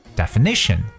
definition